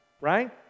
right